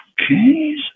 Okay